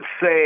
say